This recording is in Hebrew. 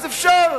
אפשר,